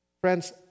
Friends